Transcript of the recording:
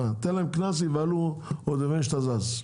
מה אתן להם קנס ייבהלו עוד לפני שאתה זז.